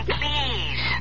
please